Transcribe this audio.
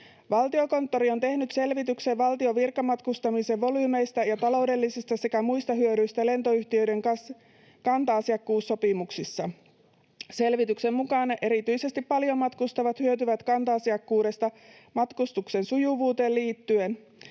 Valtiokonttori on tehnyt selvityksen valtion virkamatkustamisen volyymeista ja taloudellisista sekä muista hyödyistä lentoyhtiöiden kanta-asiakkuussopimuksissa. Selvityksen mukaan erityisesti paljon matkustavat hyötyvät kanta-asiakkuudesta matkustuksen sujuvuuteen liittyen.